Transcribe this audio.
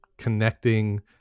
Connecting